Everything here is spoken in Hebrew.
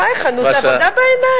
בחייך, נו, זה עבודה בעיניים.